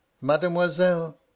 Mademoiselle